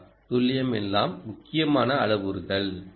R துல்லியம் எல்லாம் முக்கியமான அளவுருக்கள்